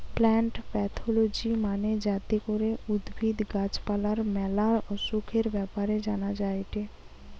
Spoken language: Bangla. প্লান্ট প্যাথলজি মানে যাতে করে উদ্ভিদ, গাছ পালার ম্যালা অসুখের ব্যাপারে জানা যায়টে